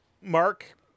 Mark